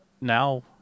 now